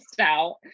out